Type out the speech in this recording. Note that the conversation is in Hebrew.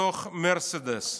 בתוך מרצדס.